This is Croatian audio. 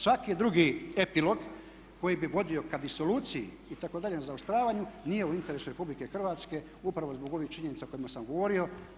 Svaki drugi epilog koji bi vodio ka disoluciji i tako daljem zaoštravanju nije u interesu RH upravo zbog ovih činjenica o kojima sam govorio.